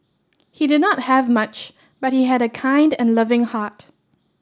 he did not have much but he had a kind and loving heart